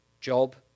job